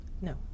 No